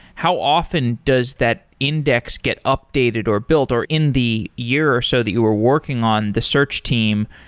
how often does that index get updated, or built, or in the year or so that you were working on the search team,